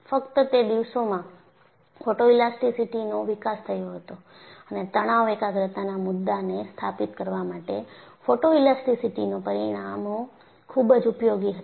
ફક્ત તે દિવસોમાં ફોટોઇલાસ્ટીસીટીનો વિકાસ થયો હતો અને તણાવ એકાગ્રતાના મુદ્દા ને સ્થાપિત કરવા માટે ફોટોઇલાસ્ટીસીટીના પરિણામો ખૂબ જ ઉપયોગી હતા